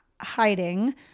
hiding